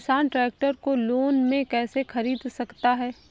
किसान ट्रैक्टर को लोन में कैसे ख़रीद सकता है?